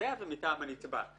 התובע ומטעם הנתבע.